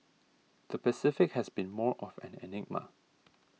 the Pacific has been more of an enigma